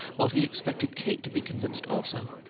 while he expected kate to be convinced also.